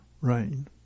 rain